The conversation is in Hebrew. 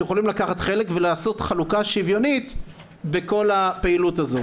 שיכולים לקחת חלק ולעשות חלוקה שוויונית בכל הפעילות הזו.